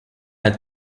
had